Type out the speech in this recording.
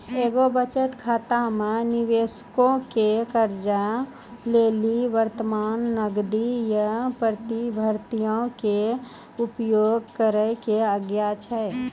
एगो बचत खाता मे निबेशको के कर्जा लेली वर्तमान नगदी या प्रतिभूतियो के उपयोग करै के आज्ञा छै